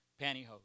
pantyhose